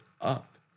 up